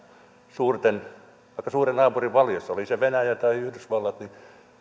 eletään aika suuren naapurin varjossa oli se venäjä tai yhdysvallat niin